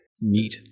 Neat